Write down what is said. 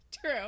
true